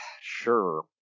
sure